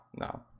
no